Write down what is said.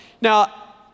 Now